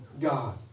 God